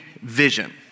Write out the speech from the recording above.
vision